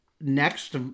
next